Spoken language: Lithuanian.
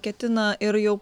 ketina ir jau